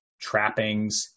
trappings